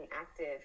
active